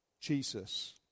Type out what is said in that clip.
Jesus